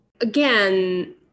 again